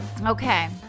Okay